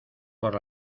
por